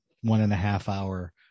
one-and-a-half-hour